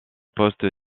poste